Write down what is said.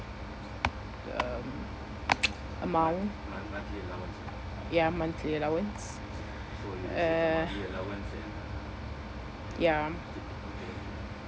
um amount ya monthly allowance uh ya